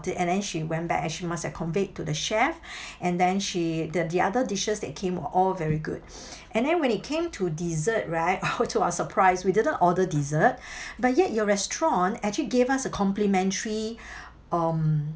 it and then she went back as she must have conveyed to the chef and then she the the other dishes that came were all very good and then when it came to dessert right oh to our surprise we didn't order dessert but yet your restaurant actually gave us a complimentary um